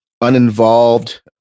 uninvolved